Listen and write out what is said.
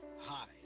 Hi